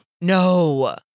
no